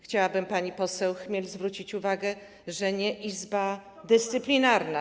Chciałabym pani poseł Chmiel zwrócić uwagę, że nie Izba Dyscyplinarna.